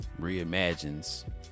Reimagines